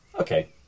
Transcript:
Okay